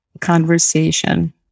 conversation